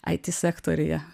it sektoriuje